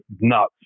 nuts